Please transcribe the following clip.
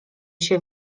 się